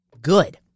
Good